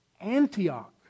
Antioch